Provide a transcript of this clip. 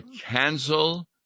cancel